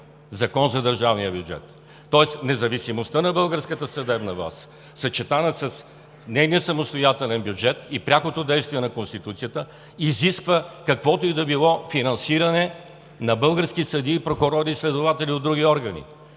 Закон за държавния бюджет. Тоест независимостта на българската съдебна власт, съчетана с нейния самостоятелен бюджет и прякото действие на Конституцията, изисква каквото и да било финансиране на български съдии, прокурори и следователи от други органи.